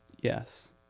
yes